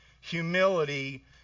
humility